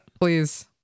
please